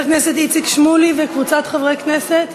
של חבר הכנסת איציק שמולי וקבוצת חברי כנסת.